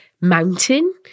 mountain